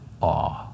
awe